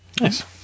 nice